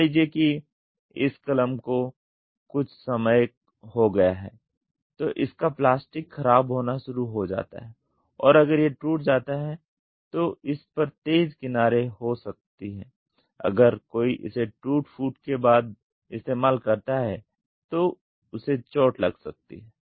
मान लीजिए कि इस कलम को कुछ समय हो गया हैं तो इसका प्लास्टिक ख़राब होना शुरू हो जाता है और अगर यह टूट जाता है तो इस पर तेज किनारे हो सकती है अगर कोई इसे टूट फूट के बाद इस्तेमाल करता है तो उसे चोट लग सकती है